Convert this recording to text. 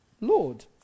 lord